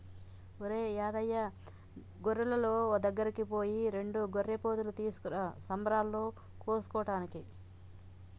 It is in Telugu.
ఒరేయ్ యాదయ్య గొర్రులోళ్ళ దగ్గరికి పోయి రెండు గొర్రెపోతులు తీసుకురా సంబరాలలో కోసుకోటానికి